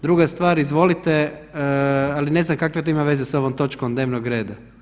Druga stvar, izvolite, ali ne znam kakve to ima veze sa ovom točkom dnevnog reda?